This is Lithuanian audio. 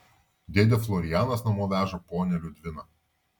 dėdė florianas namo veža ponią liudviną